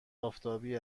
آفتابی